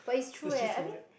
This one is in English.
I was just like